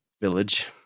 Village